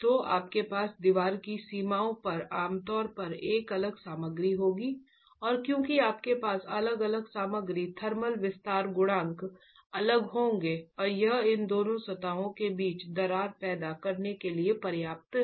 तो आपके पास दीवार की सीमाओं पर आम तौर पर एक अलग सामग्री होगी और क्योंकि आपके पास अलग अलग सामग्री थर्मल विस्तार गुणांक अलग होंगे और यह इन दो सतहों के बीच दरार पैदा करने के लिए पर्याप्त है